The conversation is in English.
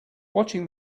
watching